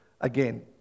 Again